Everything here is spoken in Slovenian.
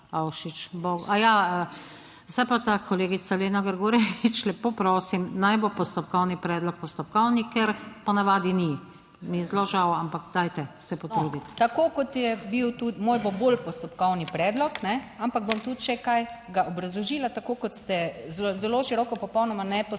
Aja, zdaj pa kolegica Lena Grgurevič, lepo prosim, naj bo postopkovni predlog postopkovni, ker po navadi, ni mi je zelo žal, ampak dajte se potruditi. **LENA GRGUREVIČ (PS Svoboda):** Tako kot je bil tudi moj bo bolj postopkovni predlog, ampak bom tudi še kaj obrazložila, tako kot ste zelo široko popolnoma ne postopkovne